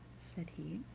said he.